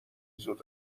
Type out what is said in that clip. زود